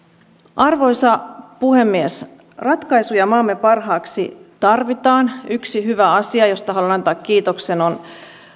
arvoisa puhemies ratkaisuja maamme parhaaksi tarvitaan yksi hyvä asia josta haluan antaa kiitoksen on